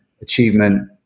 achievement